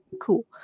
Cool